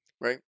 right